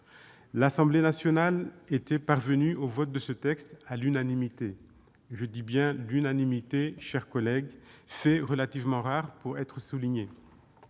L'Assemblée nationale était parvenue au vote de ce texte à l'unanimité. Je dis bien « à l'unanimité »; c'est suffisamment rare pour être souligné.